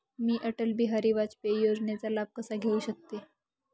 मी अटल बिहारी वाजपेयी योजनेचा लाभ कसा घेऊ शकते?